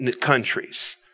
countries